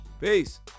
Peace